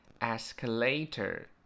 Escalator